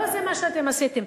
לא זה מה שאתם עשיתם.